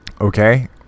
okay